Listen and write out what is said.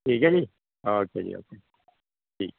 ਠੀਕ ਹੈ ਜੀ ਓਕੇ ਜੀ ਓਕੇ ਠੀਕ